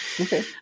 Okay